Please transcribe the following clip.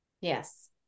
yes